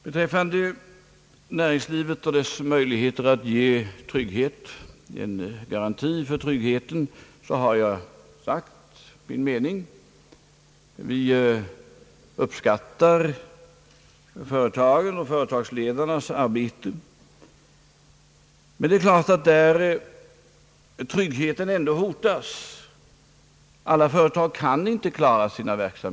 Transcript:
Beträffande näringslivet och dess möjligheter att ge garanti för tryggheten har jag sagt min mening. Vi uppskattar företagsledarnas arbete, men det är klart att där tryggheten ändå hotas, där uppstår problem och där kommer samhällets trygghetspolitik in.